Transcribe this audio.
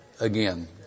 again